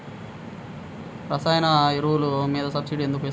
రసాయన ఎరువులు మీద సబ్సిడీ ఎందుకు ఇస్తారు?